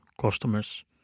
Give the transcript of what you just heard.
customers